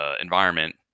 environment